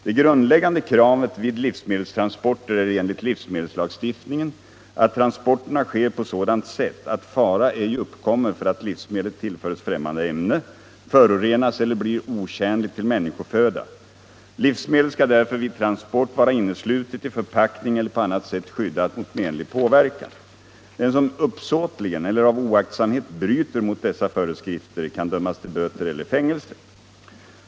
Det grundläggande kravet vid livsmedelstransporter är enligt livsmedelslagstiftningen att transporterna sker på sådant sätt att fara ej uppkommer för att livsmedlet tillföres fträmmande ämne, förorenas eller blir otjänligt till människoföda. Livsmedel skall därför vid transport vara inneslutet i förpackning eller på annat sätt skyddat mot menlig påverkan. Den som uppsåtligen eller av oaktsamhet bryter mot dessa föreskrifter kan dömas till böter eller fängelse.